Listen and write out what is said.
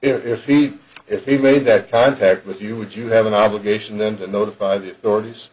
if he if he made that contact with you would you have an obligation then to notify the authorities